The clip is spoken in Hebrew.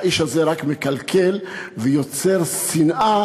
האיש הזה רק מקלקל ויוצר שנאה